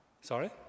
Sorry